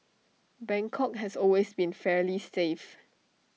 Bangkok has always been fairly safe